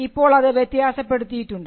ഇപ്പോൾ അത് വ്യത്യാസപ്പെടുത്തി യിട്ടുണ്ട്